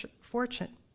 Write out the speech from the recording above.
fortune